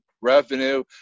revenue